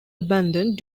abandoned